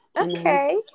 Okay